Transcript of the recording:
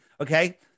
Okay